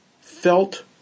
felt